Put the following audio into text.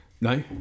no